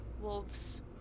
wolves